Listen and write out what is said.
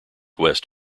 west